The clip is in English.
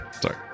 Sorry